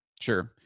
Sure